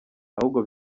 ahubwo